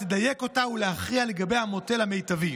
לדייק אותה ולהכריע לגבי המודל המיטבי.